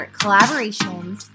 collaborations